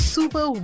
Super